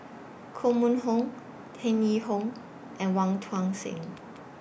Koh Mun Hong Tan Yee Hong and Wong Tuang Seng